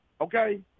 Okay